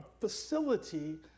facility